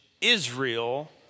Israel